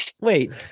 Wait